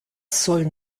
sollen